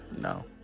no